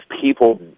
people